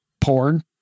porn